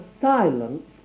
silence